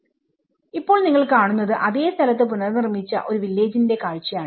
പക്ഷേ ഇപ്പോൾ നിങ്ങൾ കാണുന്നത് അതേ സ്ഥലത്തു പുനർ നിർമ്മിച്ച ഒരു വില്ലേജിനെ കാഴ്ചയാണ്